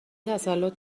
تسلط